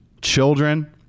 children